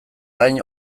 gain